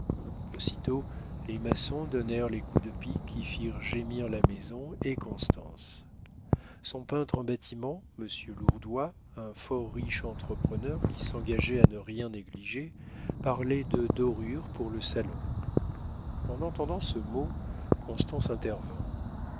aussitôt les maçons donnèrent les coups de pic qui firent gémir la maison et constance son peintre en bâtiments monsieur lourdois un fort riche entrepreneur qui s'engageait à ne rien négliger parlait de dorures pour le salon en entendant ce mot constance intervint